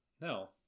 No